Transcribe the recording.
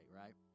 right